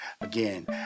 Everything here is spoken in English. Again